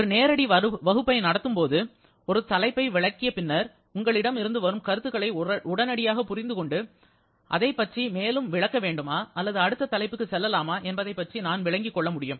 ஒரு நேரடி வகுப்பை நடத்தும்போது ஒரு தலைப்பை விளக்கிய பின்னர் உங்களிடம் இருந்து வரும் கருத்துக்களை உடனடியாக புரிந்து கொண்டு அதைப்பற்றி மேலும் விளக்க வேண்டுமா அல்லது அடுத்த தலைப்புக்கு செல்லலாமா என்பதை நான் விளங்கிக் கொள்ள முடியும்